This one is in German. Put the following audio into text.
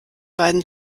beiden